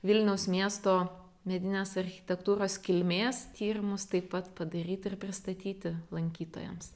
vilniaus miesto medinės architektūros kilmės tyrimus taip pat padaryt ir pristatyti lankytojams